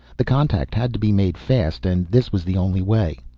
the contact had to be made fast and this was the only way.